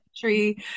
country